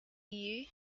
you